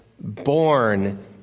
born